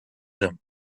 them